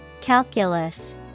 calculus